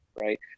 right